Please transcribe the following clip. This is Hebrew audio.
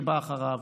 שבא אחריו,